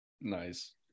Nice